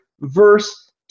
Verse